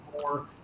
more